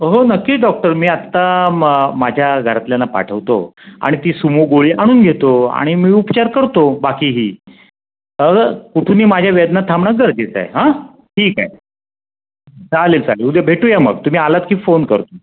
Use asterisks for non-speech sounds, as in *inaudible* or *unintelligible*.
हो हो नक्की डॉक्टर मी आत्ता म माझ्या घरातल्यांना पाठवतो आणि ती सुमो गोळी आणून घेतो आणि मी उपचार करतो बाकीही *unintelligible* कुठूनही माझ्या वेदना थांबणं गरजेचं आहे हां ठीक आहे चालेल चालेल उद्या भेटू या मग तुम्ही आलात की फोन करतो